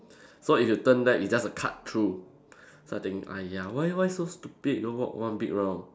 so if you turn left it's just a cut through so I think !aiya! why why so stupid go walk one big round